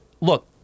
look